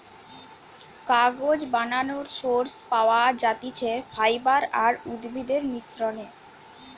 কাগজ বানানোর সোর্স পাওয়া যাতিছে ফাইবার আর উদ্ভিদের মিশ্রনে